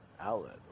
outlet